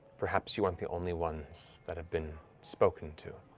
perhaps you weren't the only ones that have been spoken to,